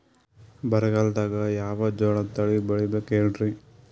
ಬರಗಾಲದಾಗ್ ಯಾವ ಜೋಳ ತಳಿ ಬೆಳಿಬೇಕ ಹೇಳ್ರಿ?